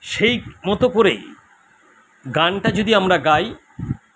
সেই মতো করেই গানটা যদি আমরা গাই